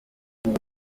mfite